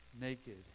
naked